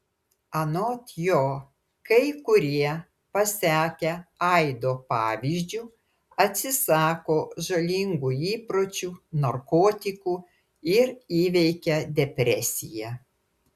anot jo kai kurie pasekę aido pavyzdžiu atsisako žalingų įpročių narkotikų ir įveikia depresiją